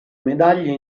medaglie